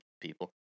people